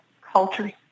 culture